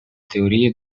teorie